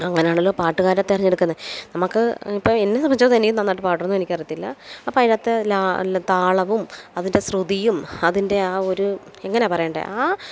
അങ്ങനാണല്ലോ പാട്ടുകാരെ തെരഞ്ഞെടുക്കുന്നത് നമുക്ക് ഇപ്പം എന്നെ സമ്പന്ധിച്ചിടത്തോളം എനിക്ക് നാന്നായിട്ട് പാട്ടൊന്നുവെനിക്കറിയത്തില്ല അപ്പം അതിനകത്ത് ലാ താളവും അതിന്റെ ശ്രുതിയും അതിന്റെ ആ ഒരു എങ്ങനാണ് പറയണ്ടത് ആ